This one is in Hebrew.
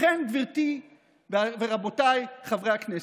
לכן, גברתי ורבותיי חברי הכנסת,